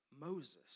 Moses